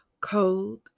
cold